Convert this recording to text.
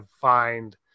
find